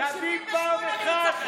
תביא פעם אחת.